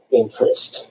interest